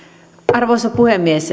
arvoisa puhemies